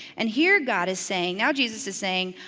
and here god is saying, now jesus is saying,